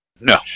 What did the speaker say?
no